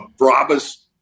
Brabus